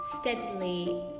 steadily